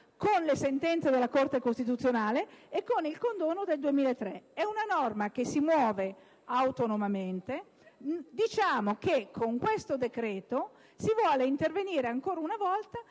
con le sentenze della Corte costituzionale e con il condono del 2003. È una norma che si muove autonomamente e noi sosteniamo che con questo decreto si vuole intervenire, ancora una volta,